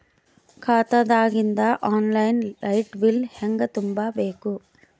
ಖಾತಾದಾಗಿಂದ online light bill ಹೇಂಗ ತುಂಬಾ ಬೇಕು?